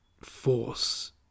force